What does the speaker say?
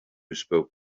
spoke